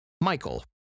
Michael